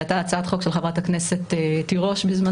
זו הייתה הצעת חוק של חברת הכנסת תירוש בזמנו,